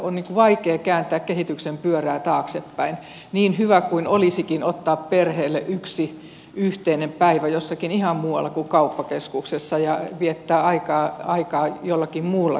on vaikea kääntää kehityksen pyörää taaksepäin niin hyvä kuin olisikin ottaa perheelle yksi yhteinen päivä jossakin ihan muualla kuin kauppakeskuksessa ja viettää aikaa jollakin muulla tavalla